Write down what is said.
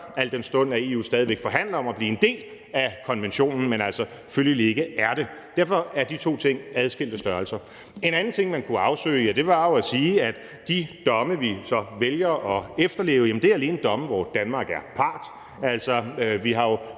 al den stund at EU jo stadig væk forhandler om at blive en del af konventionen, men følgelig ikke er det. Derfor er de to ting adskilte størrelser. En anden ting, man kunne afsøge, var jo at sige, at de domme, vi så vælger at efterleve, alene er domme, hvor Danmark er part.